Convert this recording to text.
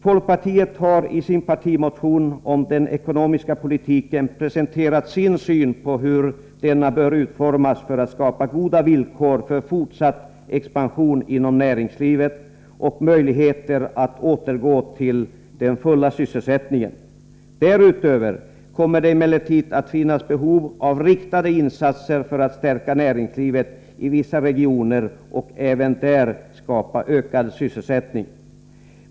Folkpartiet har i sin partimotion om den ekonomiska politiken presenterat sin syn på hur denna bör utformas för att skapa goda villkor för fortsatt expansion inom näringslivet och möjligheter att återgå till den fulla sysselsättningen. Därutöver kommer det emellertid att finnas behov av riktade insater för att stärka näringslivet i vissa regioner och även där skapa ökad sysselsättning.